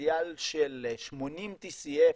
פוטנציאל של 80 TCF